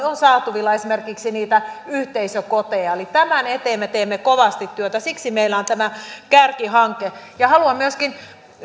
on saatavilla esimerkiksi niitä yhteisökoteja eli tämän eteen me teemme kovasti työtä siksi meillä on tämä kärkihanke ja haluan myöskin